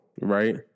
right